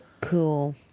Cool